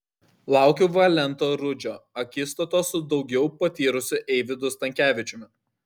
laukiu valento rudžio akistatos su daugiau patyrusiu eivydu stankevičiumi